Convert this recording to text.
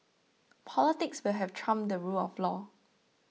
politics will have trumped the rule of law